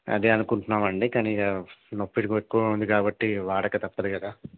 అదే అనుకుంటున్నామండి కానీ ఇక నొప్పి ఎక్కువుంది కాబట్టి వాడక తప్పదు కదా